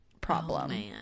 problem